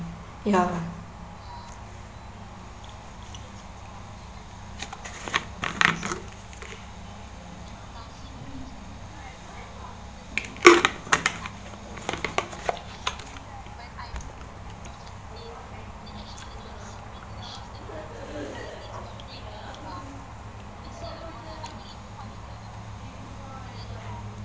ya